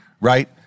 right